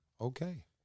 Okay